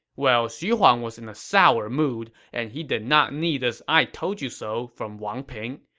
well, xu huang was in a sour mood, and he did not need this i told you so from wang ping.